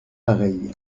pareil